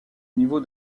niveau